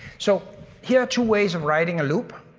so here are two ways of writing a loop.